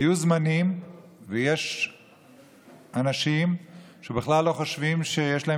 היו זמנים ויש אנשים שבכלל לא חושבים שיש להם